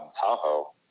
Tahoe